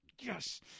Yes